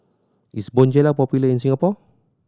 is Bonjela popular in Singapore